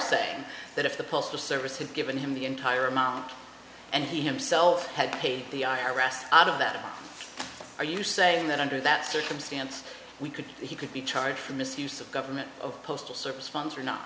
saying that if the postal service had given him the entire amount and he himself had paid the i r s out of that are you saying that under that circumstance we could he could be charged for misuse of government of postal service funds or not